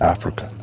Africa